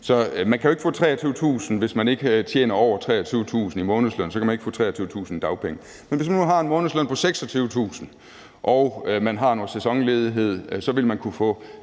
eller næsten 21.000 kr. Hvis man ikke tjener over 23.000 kr. i månedsløn, kan man jo ikke få 23.000 kr. i dagpenge. Men hvis man nu har en månedsløn på 26.000 kr. og man har noget sæsonledighed, vil man kunne få